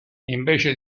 invece